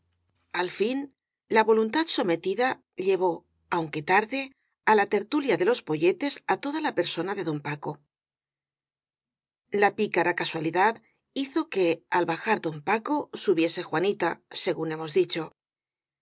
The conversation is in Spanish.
al fin la voluntad someti da llevó aunque tarde á la tertulia de los poyetes á toda la persona de don paco la picara casualidad hizo que al bajar don paco subiese juanita según hemos dicho